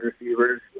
receivers